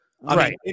Right